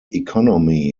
economy